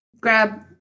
grab